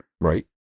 Right